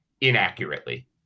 inaccurately